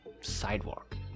sidewalk